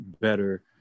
better